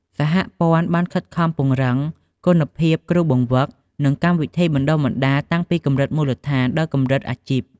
សហព័ន្ធបានខិតខំពង្រឹងគុណភាពគ្រូបង្វឹក និងកម្មវិធីបណ្ដុះបណ្ដាលតាំងពីកម្រិតមូលដ្ឋានដល់កម្រិតអាជីព។